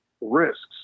risks